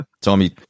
Tommy